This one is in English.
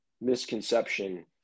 misconception